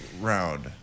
round